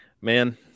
Man